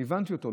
אני הבנתי אותו,